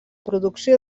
producció